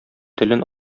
телен